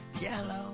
yellow